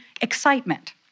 excitement